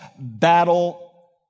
battle